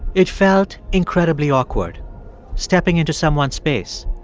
it felt incredibly awkward stepping into someone's space,